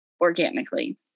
organically